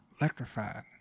Electrified